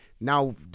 Now